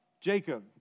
Jacob